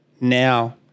now